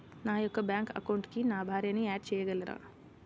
నా యొక్క బ్యాంక్ అకౌంట్కి నా భార్యని యాడ్ చేయగలరా?